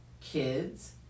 kids